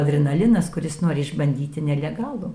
adrenalinas kuris nori išbandyti nelegalų